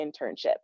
internship